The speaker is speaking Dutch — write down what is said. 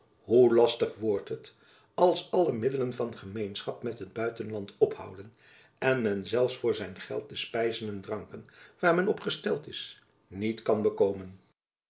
hoe lastig wordt het als alle middelen van gemeenschap met het buitenland ophouden en men zelfs voor zijn geld de spijzen en dranken waar men op gesteld is niet kan bekomen